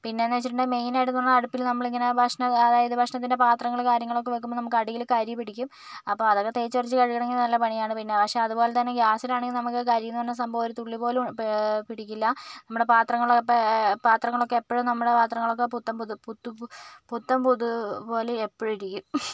പിന്നെന്ന് വെച്ചിട്ടുണ്ടെങ്കിൽ മെയിനായിട്ട് നമ്മുടെ അടുപ്പില് നമ്മളിങ്ങന ഭക്ഷണം അതായത് ഭക്ഷണത്തിൻറെ പാത്രങ്ങള് കാര്യങ്ങളൊക്കെ വെക്കുമ്പോൾ നമുക്ക് അടിയില് കരിപിടിക്കും അപ്പോൾ അതൊക്കെ തേച്ചൊരച്ച് കഴുകണമെങ്കിൽ നല്ല പണിയാണ് പിന്നെ പക്ഷെ അതു പോലെ തന്നെ ഗ്യാസിലാണെങ്കിൽ നമുക്ക് കരി എന്ന് പറഞ്ഞ സംഭവം ഒരു തുള്ളി പോലും പിടിക്കില്ല നമ്മുടെ പാത്രങ്ങളെ പത്രങ്ങളൊക്കെ എപ്പഴും നമ്മളുടെ പത്രങ്ങളൊക്കെ പുത്തൻ പുതു പുതു പുത്തൻ പുതു പോലെ എപ്പോഴും ഇരിക്കും